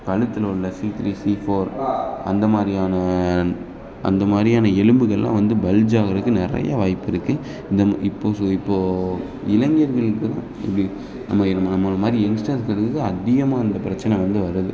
கழுத்துல உள்ள C three C four அந்த மாதிரியான அந்த மாதிரியான எலும்புகள்லாம் வந்து பல்ஜ் ஆகிறக்கு நிறையா வாய்ப்பு இருக்குது தெம் இப்போது ஸோ இப்போது இளைஞர்களுக்கு தான் இப்படி நம்ம இவன் நம்மளை மாதிரி எங்ஸ்டர்ஸ்களுக்கு அதிகமாக அந்தப் பிரச்சனை வந்து வருது